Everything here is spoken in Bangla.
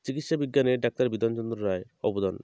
চিকিৎসা বিজ্ঞানে ডাক্তার বিধানচন্দ্র রায়ের অবদান